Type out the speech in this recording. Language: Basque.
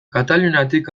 kataluniatik